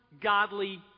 godly